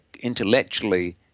intellectually